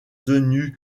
tenue